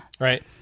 Right